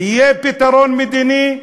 יהיה פתרון מדיני,